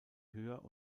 höher